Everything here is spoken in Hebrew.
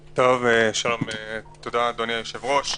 שלום, תודה, אדוני היושב-ראש.